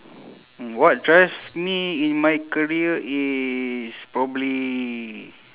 mm what drives me in my career is probably